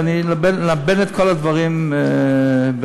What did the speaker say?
ללבן את כל הדברים בוועדה.